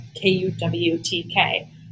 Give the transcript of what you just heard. K-U-W-T-K